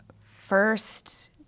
First